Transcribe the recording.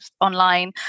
online